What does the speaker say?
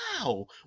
wow